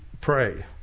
pray